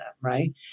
right